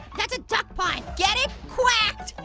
that's a duck pun. get it? quaked!